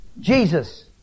Jesus